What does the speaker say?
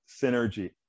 synergy